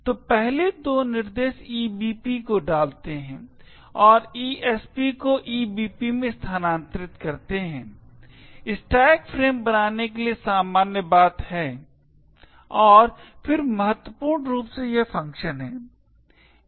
तो पहले दो निर्देश EBP को डालते हैं और ESP को EBP में स्थानांतरित करते हैं स्टैक फ्रेम बनाने के लिए सामान्य बात है और फिर महत्वपूर्ण रूप से यह फ़ंक्शन है